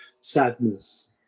sadness